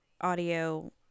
audio